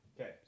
Okay